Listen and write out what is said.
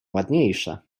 ładniejsze